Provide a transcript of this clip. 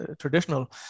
traditional